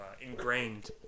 ingrained